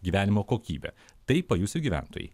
gyvenimo kokybė tai pajus ir gyventojai